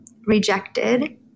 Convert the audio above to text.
rejected